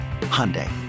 Hyundai